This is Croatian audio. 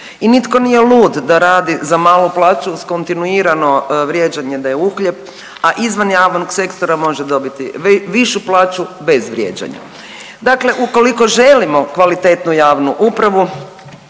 I nitko nije lud da radi za malu plaću s kontinuirano vrijeđanje da je uhljeb, a izvan javnog sektora može dobiti višu plaću bez vrijeđanja. Dakle, ukoliko želimo kvalitetnu javnu upravu,